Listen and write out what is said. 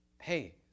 hey